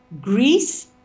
Greece